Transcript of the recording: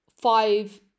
five